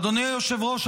אדוני היושב-ראש,